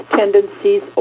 tendencies